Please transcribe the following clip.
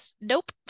nope